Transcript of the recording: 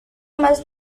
must